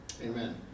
Amen